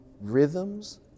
rhythms